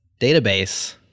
database